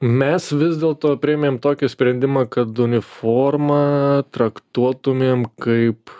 mes vis dėlto priėmėm tokį sprendimą kad uniformą traktuotumėm kaip